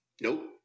Nope